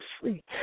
free